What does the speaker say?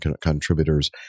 contributors